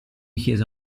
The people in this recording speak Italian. chiese